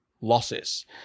losses